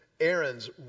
Aaron's